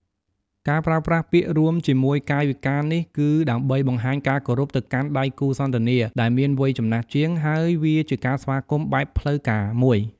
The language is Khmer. ការប្រើប្រាស់ពាក្យរួមជាមួយកាយវិការនេះ គឺដើម្បីបង្ហាញការគោរពទៅកាន់ដៃគូសន្ទនាដែលមានវ័យចំណាស់ជាង ហើយវាជាការស្វាគមន៍បែបផ្លូវការមួយ។